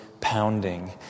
pounding